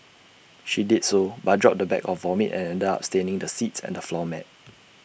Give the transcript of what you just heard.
she did so but dropped the bag of vomit and ended up staining the seats and the floor mat